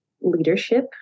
leadership